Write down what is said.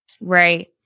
Right